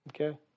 Okay